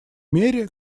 мере